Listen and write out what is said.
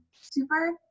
super